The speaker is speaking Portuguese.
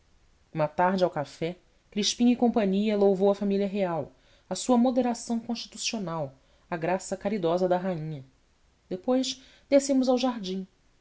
uma tarde ao café crispim cia louvou a família real a sua moderação constitucional a graça caridosa da rainha depois descemos ao jardim